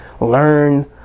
learn